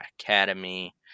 Academy